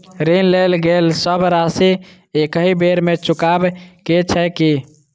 ऋण लेल गेल सब राशि एकहि बेर मे चुकाबऽ केँ छै की?